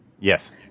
yes